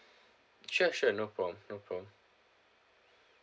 sure sure no problem no problem